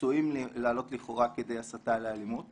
עשויים לעלות לכאורה כדי הסתה לאלימות